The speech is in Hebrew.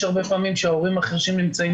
יש הרבה מקרים שההורים החירשים נמצאים